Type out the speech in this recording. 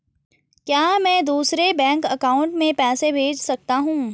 क्या मैं दूसरे बैंक अकाउंट में पैसे भेज सकता हूँ?